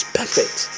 perfect